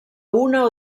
una